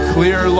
Clear